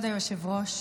כבוד היושב-ראש,